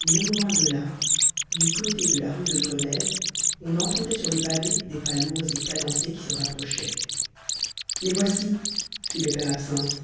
non loin de là du côté de la rue de grenelle on entendait sur le pavé des pas lourds et cadencés qui se rapprochaient les voici fit le père absinthe